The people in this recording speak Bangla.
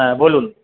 হ্যাঁ বলুন